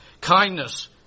kindness